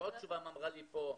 --- אמרה לי פה,